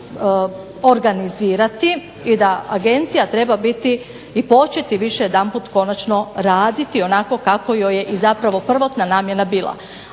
organizirati i da agencija treba početi više jedanput konačno raditi onako kako joj je prvotna namjena bila.